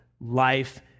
life